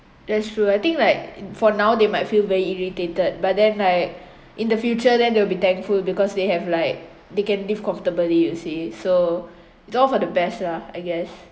that's true I think like for now they might feel very irritated but then like in the future then they'll be thankful because they have like they can live comfortably you see so it's all for the best lah I guess